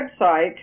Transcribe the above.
website